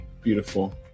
Beautiful